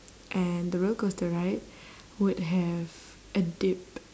and the roller coaster ride would have a dip